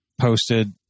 posted